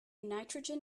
nitrogen